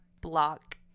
block